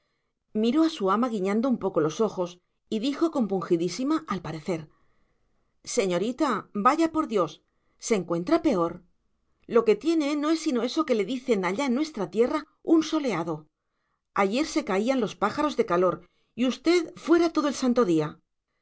miró a su ama guiñando un poco los ojos y dijo compungidísima al parecer señorita vaya por dios se encuentra peor lo que tiene no es sino eso que le dicen allá en nuestra tierra un soleado ayer se caían los pájaros de calor y usted fuera todo el santo día